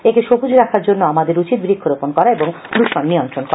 একে সবুজ রাখার জন্য আমাদের উচিত বৃক্ষরোপন করা ও দৃষণ নিয়ন্ত্রণ করা